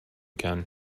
can